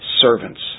servants